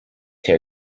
tear